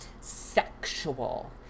sexual